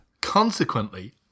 Consequently